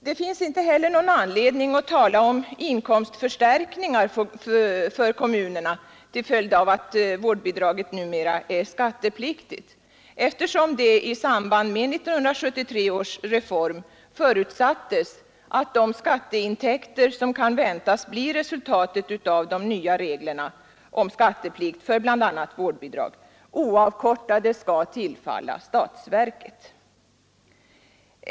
Det finns inte heller någon anledning att tala om inkomstförstärkningar för kommunerna till följd av att vårdbidraget numera är skattepliktigt, eftersom det i samband med 1973 års reform förutsattes att de skatteintäkter, som kan väntas bli resultatet av de nya reglerna om skatteplikt för bl.a. vårdbidrag, oavkortade skall tillfalla statsverket.